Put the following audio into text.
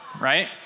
right